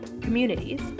communities